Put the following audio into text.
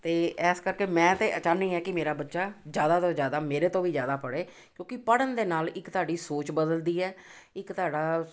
ਅਤੇ ਇਸ ਕਰਕੇ ਮੈਂ ਤਾਂ ਚਾਹੁੰਦੀ ਐਂ ਕਿ ਮੇਰਾ ਬੱਚਾ ਜ਼ਿਆਦਾ ਤੋਂ ਜ਼ਿਆਦਾ ਮੇਰੇ ਤੋਂ ਵੀ ਜ਼ਿਆਦਾ ਪੜ੍ਹੇ ਕਿਉਂਕਿ ਪੜ੍ਹਨ ਦੇ ਨਾਲ਼ ਇੱਕ ਤੁਹਾਡੀ ਸੋਚ ਬਦਲਦੀ ਹੈ ਇੱਕ ਤੁਹਾਡਾ